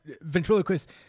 Ventriloquist